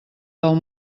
del